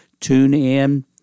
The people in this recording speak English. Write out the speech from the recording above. TuneIn